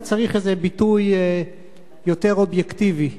אלא צריך ביטוי יותר אובייקטיבי.